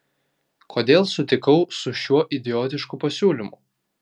kodėl sutikau su šiuo idiotišku pasiūlymu